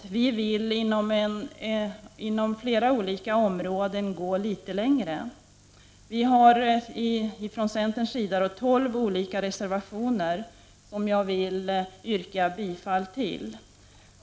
Vi vill på flera olika områden gå litet längre. Centern har tolv olika reservationer fogade till betänkandet, vilka jag vill yrka bifall till.